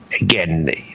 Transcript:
again